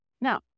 Now